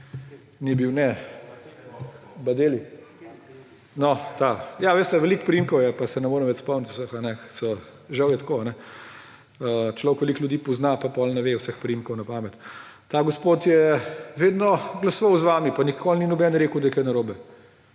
iz dvorane/ No, ta. Ja, veste, veliko priimkov je pa se ne morem več spomniti vseh, žal je tako. Človek veliko ljudi pozna pa potem ne ve vseh priimkov na pamet. Ta gospod je vedno glasoval z vami; pa nikoli ni noben rekel, da je kaj narobe.